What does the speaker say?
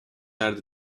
are